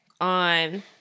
on